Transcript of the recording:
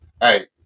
Hey